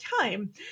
time